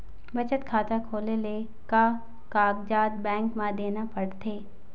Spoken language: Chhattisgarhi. बचत खाता खोले ले का कागजात बैंक म देना पड़थे?